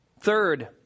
Third